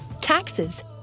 taxes